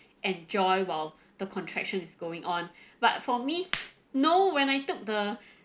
enjoy while the contraction is going on but for me no when I took the